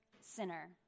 sinner